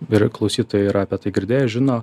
ir klausytojai yra apie tai girdėję žino